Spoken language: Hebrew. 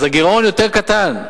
אז הגירעון יותר קטן,